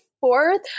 fourth